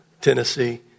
Tennessee